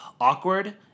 awkward